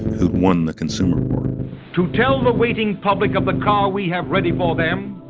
who'd won the consumer war to tell the waiting public of the car we have ready for them,